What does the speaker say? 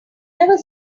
never